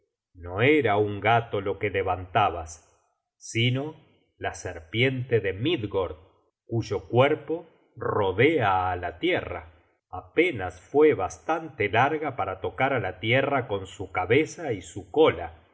no era un gato lo que levantabas sino la serpiente de midgord cuyo cuerpo rodea á la tierra apenas fue bastante larga para tocar á la tierra con su cabeza y su cola